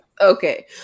okay